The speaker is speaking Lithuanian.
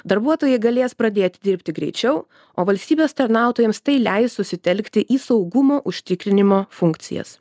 darbuotojai galės pradėt dirbti greičiau o valstybės tarnautojams tai leis susitelkti į saugumo užtikrinimo funkcijas